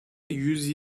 yüz